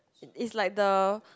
is like the